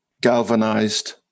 galvanized